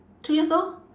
three years old